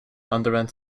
underwent